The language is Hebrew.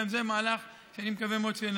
גם זה מהלך שאני מאוד מקווה שיצליח.